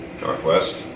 northwest